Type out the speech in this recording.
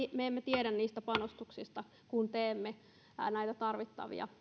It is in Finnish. me emme tiedä niistä panostuksista kun teemme näitä tarvittavia